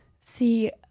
See